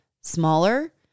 smaller